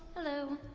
hello,